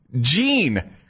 Gene